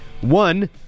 One